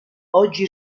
oggi